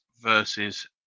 versus